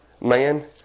man